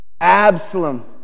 Absalom